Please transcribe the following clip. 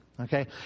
okay